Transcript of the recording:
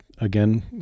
again